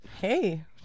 Hey